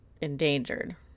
endangered